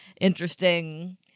interesting